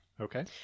Okay